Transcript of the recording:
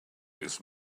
this